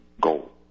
goal